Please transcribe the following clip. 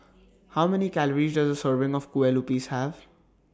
How Many Calories Does A Serving of Kueh Lupis Have